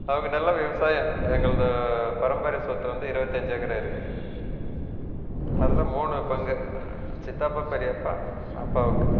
அவங்க நல்லா விவசாயம் எங்களுது பரம்பரை சொத்து வந்து இருபத்தஞ்சி ஏக்கரு இருக்குது அதில் மூணு பங்கு சித்தப்பா பெரியப்பா அப்பாவுக்கு